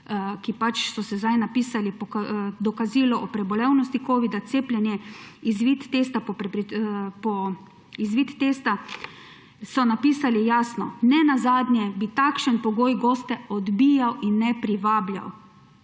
ki pač so se zdaj napisali, dokazilo o prebolevnosti covida, cepljenja, izvid testa, so napisali jasno: »Nenazadnje bi takšen pogoj goste odbijal in ne privabljal.